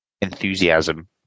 enthusiasm